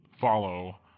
follow